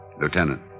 Lieutenant